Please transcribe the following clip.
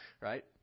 right